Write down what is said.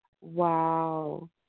Wow